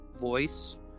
voice